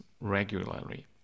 regularly